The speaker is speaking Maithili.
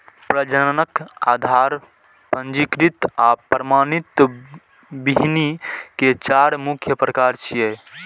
प्रजनक, आधार, पंजीकृत आ प्रमाणित बीहनि के चार मुख्य प्रकार छियै